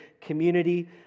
community